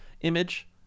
image